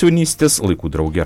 jaunystės laikų draugė